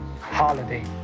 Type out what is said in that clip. holiday